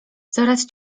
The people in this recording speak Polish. coraz